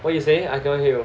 what you say I cannot hear you